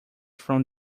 from